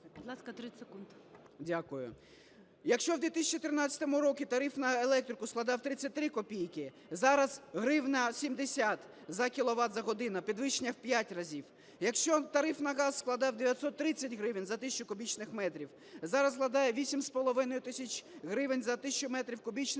Якщо у 2013 році тариф на електрику складав 33 копійки, зараз – 1 гривня 70 за кіловат-годину – підвищення в 5 разів. Якщо тариф на газ складав 930 гривень за тисячу кубічних метрів, зараз складає 8,5 тисяч гривень за тисячу метрів кубічних –